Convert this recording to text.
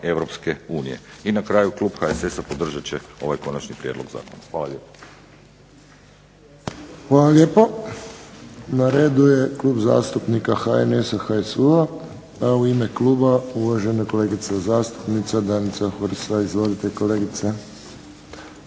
prava EU. I na kraju klub HSS-a podržat će ovaj konačni prijedlog zakona. Hvala lijepo. **Friščić, Josip (HSS)** Hvala lijepo. Na redu je Klub zastupnika HNS-HSU-a, a u ime kluba uvažena kolegica zastupnica Danica Hursa. Izvolite kolegice.